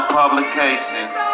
publications